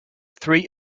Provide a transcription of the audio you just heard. three